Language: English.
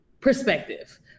perspective